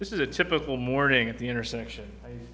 this is a typical morning at the intersection